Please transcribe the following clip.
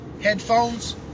headphones